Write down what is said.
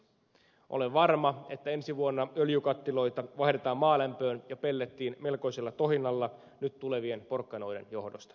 olen varma että ensi vuonna öljykattiloita vaihdetaan maalämpöön ja pellettiin melkoisella tohinalla nyt tulevien porkkanoiden johdosta